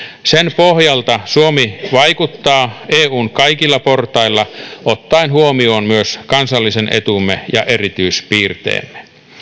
sen pohjalta suomi vaikuttaa eun kaikilla portailla ottaen huomioon myös kansallisen etumme ja erityispiirteemme